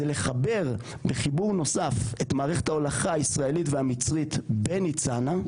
זה לחבר בחיבור נוסף את מערכת ההולכה הישראלית והמצרית בניצנה.